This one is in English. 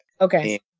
Okay